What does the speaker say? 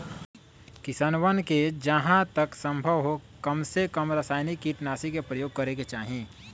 किसनवन के जहां तक संभव हो कमसेकम रसायनिक कीटनाशी के प्रयोग करे के चाहि